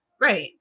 right